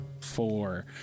four